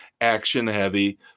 action-heavy